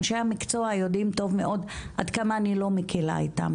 אנשי המקצוע יודעים טוב מאוד עד כמה אני לא מקלה איתם